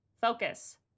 Focus